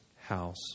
house